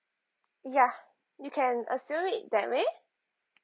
ya you can assume it that way